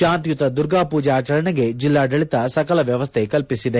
ಶಾಂತಿಯುತ ದುರ್ಗಾಪೂಜೆ ಆಚರಣೆಗೆ ಜಿಲ್ಲಾಡಳಿತ ಸಕಲ ವ್ಯವಸ್ಥೆ ಕಲ್ಪಿಸಿದೆ